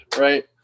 Right